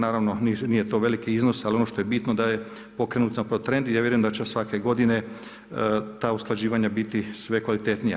Naravno, nije to veliki iznos, ali ono što je bitno, da je pokrenut … i ja vjerujem da će svake godine ta usklađivanja biti sve kvalitetnija.